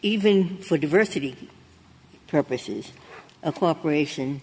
even for diversity purposes and cooperation